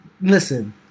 listen